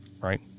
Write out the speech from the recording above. Right